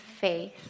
faith